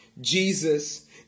Jesus